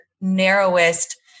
narrowest